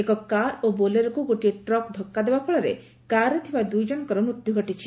ଏକ କାର୍ ଏବଂ ବୋଲେରୋକୁ ଗୋଟିଏ ଟ୍ରକ୍ ଧକ୍କା ଦେବା ଫଳରେ କାର୍ରେ ଥିବା ଦୁଇ ଜଣଙ୍କର ମୃତ୍ୟୁ ଘଟିଛି